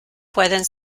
pueden